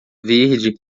verde